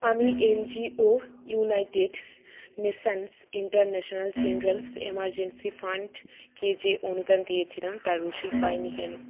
আমি NGO United Nations International Children's Emergency Fund কে যে অনুদান দিয়েছিলাম তার রসিদ পাইনি কেন